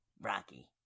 Rocky